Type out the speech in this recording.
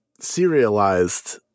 Serialized